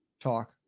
talk